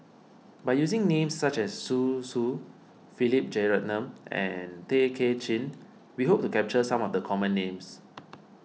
by using names such as Zhu Xu Philip Jeyaretnam and Tay Kay Chin we hope to capture some of the common names